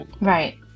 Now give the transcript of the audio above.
Right